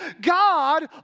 God